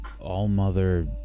All-Mother